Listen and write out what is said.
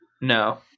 No